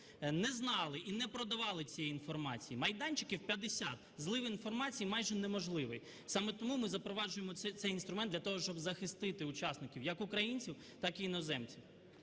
не знали і не продавали цієї інформації. Майданчиків 50, злив інформації майже неможливий. Саме тому ми запроваджуємо цей інструмент для того, щоб захистити учасників, як українців так і іноземців.